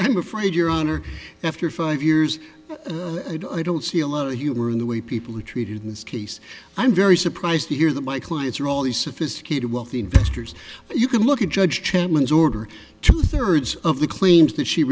i'm afraid your honor after five years i don't i don't see a lot of humor in the way people are treated in this case i'm very surprised to hear that my clients are all these sophisticated wealthy investors you can look at judge chapman's order two thirds of the claims that she